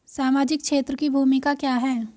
सामाजिक क्षेत्र की भूमिका क्या है?